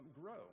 grow